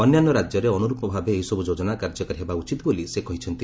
ଅନ୍ୟାନ୍ୟ ରାଜ୍ୟରେ ଅନୁରୂପ ଭାବେ ଏହିସବୁ ଯୋଜନା କାର୍ଯ୍ୟକାରୀ ହେବା ଉଚିତ୍ ବୋଲି ସେ କହିଛନ୍ତି